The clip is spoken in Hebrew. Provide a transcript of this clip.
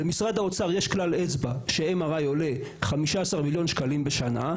למשרד האוצר יש כלל אצבע ש-MRI עולה 15 מיליון שקלים בשנה.